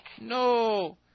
No